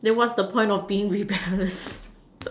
then what's the point of being rebellious